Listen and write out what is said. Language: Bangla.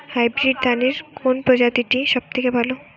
হাইব্রিড ধানের কোন প্রজীতিটি সবথেকে ভালো?